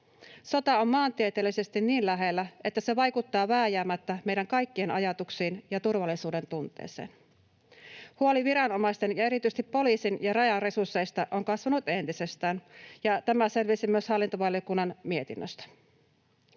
Sota on maantieteellisesti niin lähellä, että se vaikuttaa vääjäämättä meidän kaikkien ajatuksiin ja turvallisuudentunteeseen. Huoli viranomaisten ja erityisesti poliisin ja Rajan resursseista on kasvanut entisestään, ja tämä selvisi myös hallintovaliokunnan mietinnöstä.